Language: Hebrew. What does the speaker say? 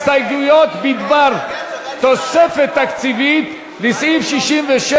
הסתייגויות בדבר תוספת תקציבית לסעיף 67